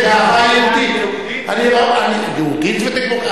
יהודית ודמוקרטית.